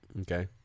Okay